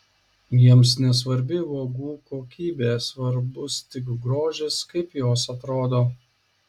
jiems nesvarbi uogų kokybė svarbus tik grožis kaip jos atrodo